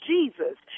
Jesus